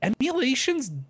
emulations